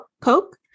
Coke